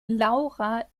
laura